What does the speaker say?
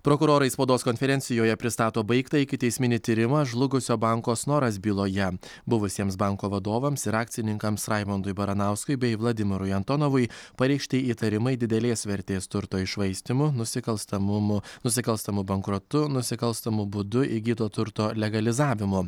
prokurorai spaudos konferencijoje pristato baigtą ikiteisminį tyrimą žlugusio banko snoras byloje buvusiems banko vadovams ir akcininkams raimondui baranauskui bei vladimirui antonovui pareikšti įtarimai didelės vertės turto iššvaistymu nusikalstamumu nusikalstamu bankrotu nusikalstamu būdu įgyto turto legalizavimu